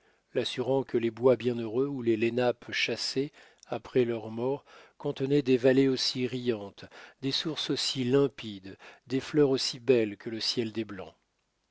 l'assurant que les bois bienheureux où les lenapes chassaient après leur mort contenaient des vallées aussi riantes des sources aussi limpides des fleurs aussi belles que le ciel des blancs